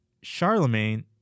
Charlemagne